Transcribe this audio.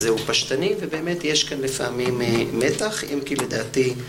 זהו פשטני ובאמת יש כאן לפעמים מתח אם כי לדעתי